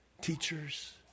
teachers